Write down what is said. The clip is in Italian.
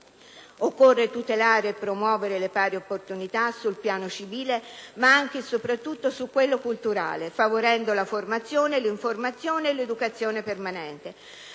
occorre tutelare e promuovere le pari opportunità sul piano civile, ma anche e soprattutto su quello culturale, favorendo la formazione, l'informazione e l'educazione permanente.